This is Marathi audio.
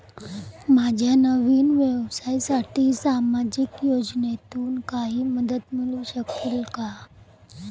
माझ्या नवीन व्यवसायासाठी सामाजिक योजनेतून काही मदत मिळू शकेल का?